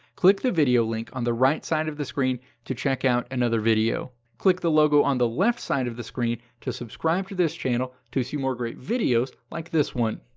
click the video link on the right side of the screen to check out another video. click the logo on the left side of the screen to subscribe to this channel to see more great videos like this one.